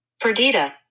Perdita